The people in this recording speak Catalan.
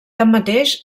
tanmateix